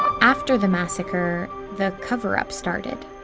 after the massacre, the cover up started.